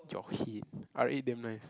your head R-eight damn nice